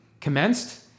commenced